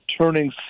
turning